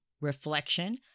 reflection